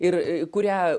ir kurią